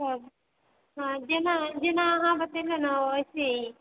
सब हँ जेना जेना अहाँ बतेलहुँ ने वैसे ही